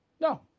No